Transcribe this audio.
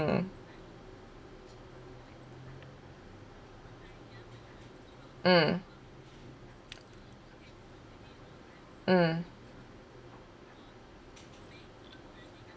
mm mm mm